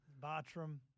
Bartram